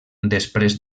després